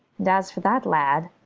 and as for that lad.